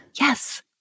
Yes